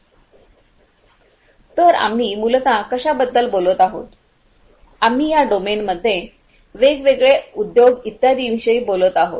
तर आम्ही मूलत कशाबद्दल बोलत आहोत आम्ही या डोमेनमध्ये वेगवेगळे उद्योग इत्यादींविषयी बोलत आहोत